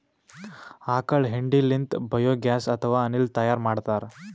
ಆಕಳ್ ಹೆಂಡಿ ಲಿಂತ್ ಬಯೋಗ್ಯಾಸ್ ಅಥವಾ ಅನಿಲ್ ತೈಯಾರ್ ಮಾಡ್ತಾರ್